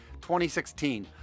2016